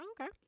Okay